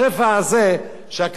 שהקדוש-ברוך-הוא נתן לנו.